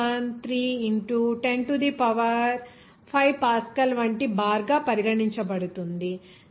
013 into 10 to the power 5 pascal వంటి బార్గా పరిగణించబడుతుంది దీనిని 1